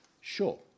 Sure